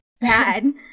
bad